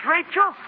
Rachel